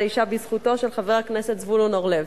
האשה בזכותו של חבר הכנסת זבולון אורלב.